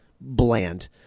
bland